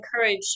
encourage